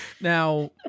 Now